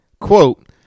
Quote